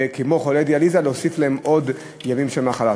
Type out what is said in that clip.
כמו חולי דיאליזה, להוסיף עוד ימי מחלה.